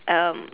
um